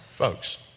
Folks